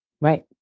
right